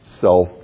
Self